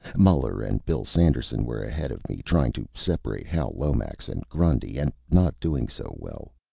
muller and bill sanderson were ahead of me, trying to separate hal lomax and grundy, and not doing so well.